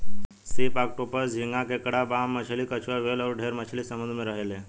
सीप, ऑक्टोपस, झींगा, केकड़ा, बाम मछली, कछुआ, व्हेल अउर ढेरे मछली समुंद्र में रहेले